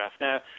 Now